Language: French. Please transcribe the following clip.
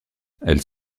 elles